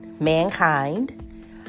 mankind